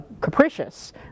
capricious